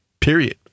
period